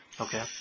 Okay